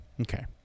Okay